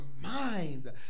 mind